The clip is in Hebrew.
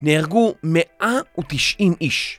נהרגו 190 איש